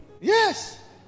Yes